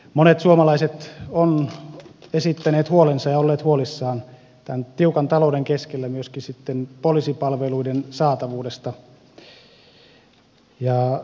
monet suomalaiset ovat esittäneet huolensa ja olleet huolissaan tämän tiukan talouden keskellä myöskin sitten poliisipalveluiden saatavuudesta